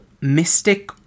Mystic